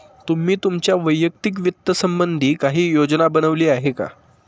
तुम्ही तुमच्या वैयक्तिक वित्त संबंधी काही योजना बनवली आहे का?